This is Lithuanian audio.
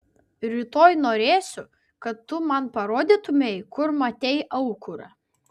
rytoj norėsiu kad tu man parodytumei kur matei aukurą